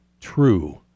true